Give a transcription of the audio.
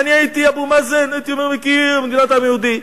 אם אני הייתי אבו מאזן הייתי אומר: מכיר את מדינת העם היהודי,